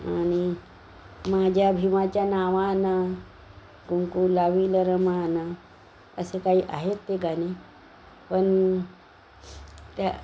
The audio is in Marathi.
आणि माझ्या भिमाच्या नावानं कुंकू लावील रमा ना असे काही आहेत ते गाणे पण त्या